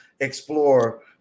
explore